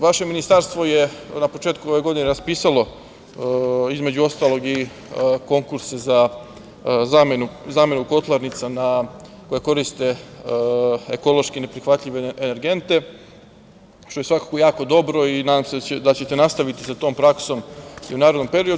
Vaše Ministarstvo je na početku ove godine raspisalo između ostalog i konkurse za zamenu kotlarnica koje koriste ekološki neprihvatljive energente, što je svakako jako dobro i nadam se da ćete nastaviti sa tom praksom i u narednom periodu.